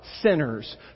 sinners